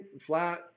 flat